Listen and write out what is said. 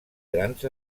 grans